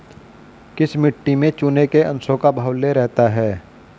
किस मिट्टी में चूने के अंशों का बाहुल्य रहता है?